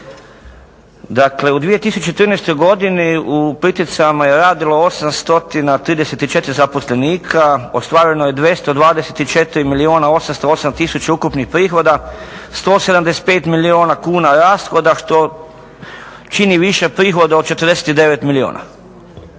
Dakle, u 2014. godini u Plitvicama je radilo 834 zaposlenika, ostvareno je 224 milijuna 808 tisuća ukupnih prihoda, 175 milijuna kuna rashoda što čini više prihoda od 49 milijuna.